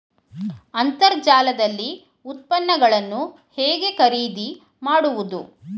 ಅಂತರ್ಜಾಲದಲ್ಲಿ ಉತ್ಪನ್ನಗಳನ್ನು ಹೇಗೆ ಖರೀದಿ ಮಾಡುವುದು?